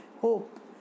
hope